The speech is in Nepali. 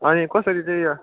अनि कसरी चाहिँ यो